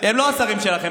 הם לא השרים שלכם,